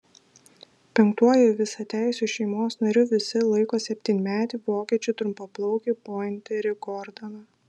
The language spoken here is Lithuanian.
penktuoju visateisiu šeimos nariu visi laiko septynmetį vokiečių trumpaplaukį pointerį gordoną